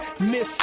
Miss